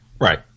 Right